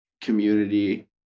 community